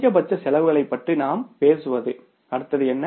அதிகபட்ச செலவுகளைப் பற்றி நாம் பேசுவது அடுத்தது என்ன